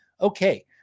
okay